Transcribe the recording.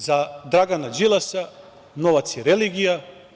Za Dragana Đilasa novac je religija.